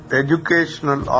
educational